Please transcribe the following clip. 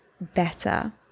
better